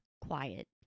quiet